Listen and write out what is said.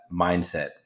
mindset